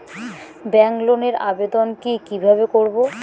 Bank লোনের আবেদন কি কিভাবে করব?